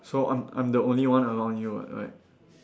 so I'm I'm the only one around you [what] right